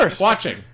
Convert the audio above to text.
watching